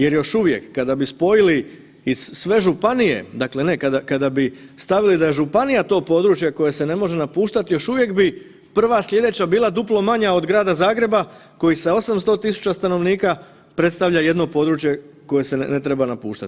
Jer još uvijek kada bi spojili i sve županije, dakle ne, kada, kada bi stavili da je županija to područje koje se ne može napuštat još uvijek bi prva slijedeća bila duplo manja od Grada Zagreba koji sa 800 000 stanovnika predstavlja jedno područje koje se ne treba napuštat.